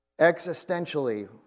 existentially